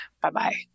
Bye-bye